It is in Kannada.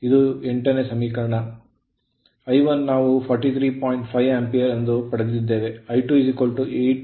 7 8 ಸಮೀಕರಣದಿಂದ ಪಡೆಯುತ್ತೇವೆ I1 ನಾವು 43